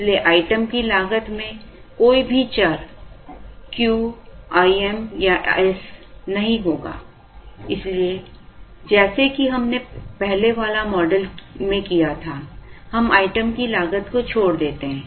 इसलिए आइटम की लागत में कोई भी चर Q I m या s नहीं होगा इसलिए जैसे कि हमने पहले वाला मॉडल में किया था हम आइटम की लागत को छोड़ देते हैं